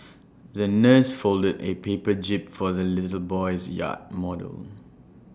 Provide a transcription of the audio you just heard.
the nurse folded A paper jib for the little boy's yacht model